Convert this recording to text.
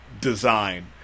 design